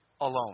alone